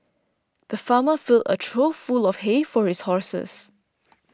the farmer filled a trough full of hay for his horses